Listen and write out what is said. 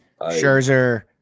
Scherzer